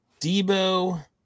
Debo